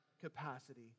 capacity